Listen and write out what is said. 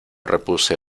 repuse